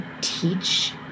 teach